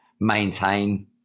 maintain